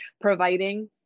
providing